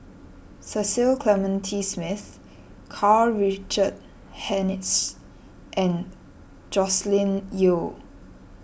Cecil Clementi Smith Karl Richard Hanitsch and Joscelin Yeo